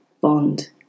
bond